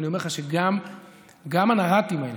אני אומר לך שגם הנר"תים האלה,